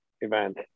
event